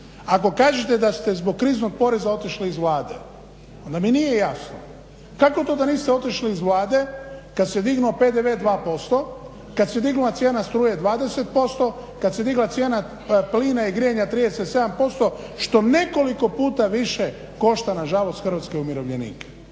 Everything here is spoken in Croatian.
Ako kažete da ste zbog kriznog poreza otišli iz Vlade onda mi nije jasno kako to da niste otišli iz Vlade kad se dignuo PDV 2%, kad se dignula cijena struje 20%, kad se digla cijena plina i grijanja 37% što nekoliko puta više košta nažalost hrvatske umirovljenike,